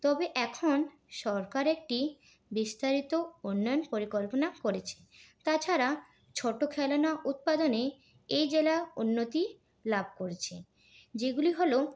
তবে এখন সরকার একটি বিস্তারিত উন্নয়ন পরিকল্পনা করেছে তাছাড়া ছোটো খেলনা উৎপাদনে এই জেলা উন্নতি লাভ করছে যেগুলি হল